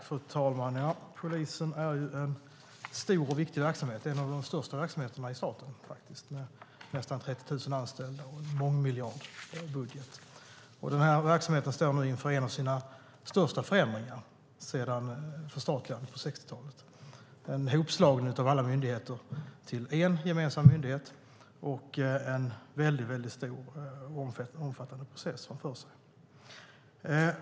Fru talman! Polisen är en stor och viktig verksamhet. Den är en av de största verksamheterna i staten med nästan 30 000 anställda och en mångmiljardbudget. Den här verksamheten står nu inför en av sina största förändringar sedan förstatligandet på 60-talet. Det är en hopslagning av alla myndigheter till en gemensam myndighet, och man har en stor och omfattande process framför sig.